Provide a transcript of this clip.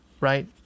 right